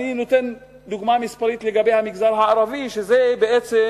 אני נותן דוגמה מספרית לגבי המגזר הערבי, וזה בעצם